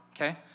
okay